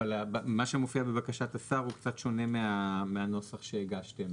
אבל מה שמופיע בבקשת השר הוא קצת שונה מהנוסח שהגשתם,